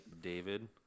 David